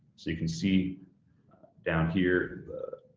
so you can see down here.